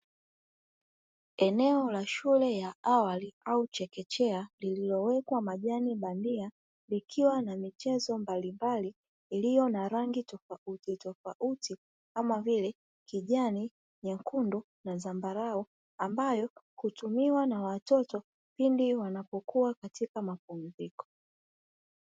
Eneo la shule ya awali au chekechea lililowekwa majani bandia, likiwa na michezo mbalimbali iliyo na rangi tofautitofauti kama vile: kijani, nyekundu na zambarau; ambayo hutumiwa na watoto pindi wanapokuwa katika mapumziko.